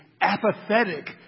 apathetic